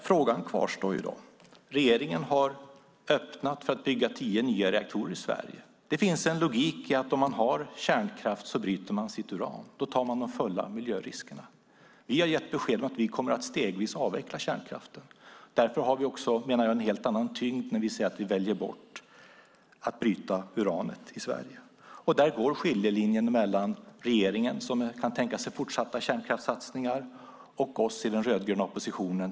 Frågan kvarstår. Regeringen har öppnat för att bygga tio nya reaktorer i Sverige. Det finns en logik i att om man har kärnkraft bryter man sitt uran. Då tar man de fulla miljöriskerna. Vi har gett besked om att vi stegvis kommer att avveckla kärnkraften. Därför menar jag att vi också har en helt annan tyngd när vi säger att vi väljer bort att bryta uranet i Sverige. Där går skiljelinjen mellan regeringen, som kan tänka sig fortsatta kärnkraftssatsningar, och oss i den rödgröna oppositionen.